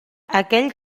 aquell